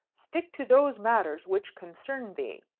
stick to those matters which concern thee.